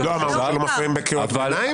לא אמרנו שלא מפריעים בקריאות ביניים.